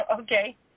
Okay